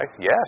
Yes